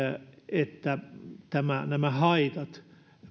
että nämä haitat